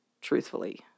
truthfully